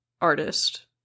artist